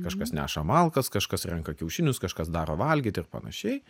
kažkas neša malkas kažkas renka kiaušinius kažkas daro valgyt ir panašiai